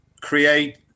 create